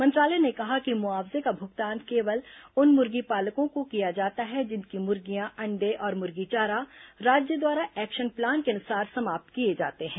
मंत्रालय ने कहा कि मुआवजे का भुगतान केवल उन मुर्गी पालकों को किया जाता है जिनकी मुर्गियां अंडे और मुर्गी चारा राज्य द्वारा एक्शन प्लान के अनुसार समाप्त किए जाते हैं